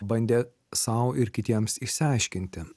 bandė sau ir kitiems išsiaiškinti